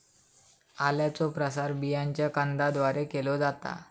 आल्याचो प्रसार बियांच्या कंदाद्वारे केलो जाता